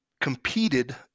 competed